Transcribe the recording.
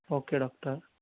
okay doctor